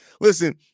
Listen